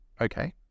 okay